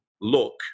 look